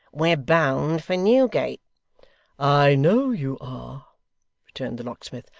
we're bound for newgate i know you are returned the locksmith.